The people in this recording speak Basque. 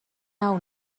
nau